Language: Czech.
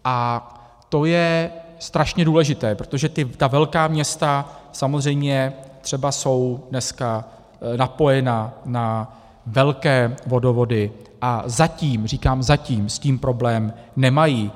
A to je strašně důležité, protože ta velká města samozřejmě třeba jsou dneska napojena na velké vodovody a zatím, říkám zatím, s tím problém nemají.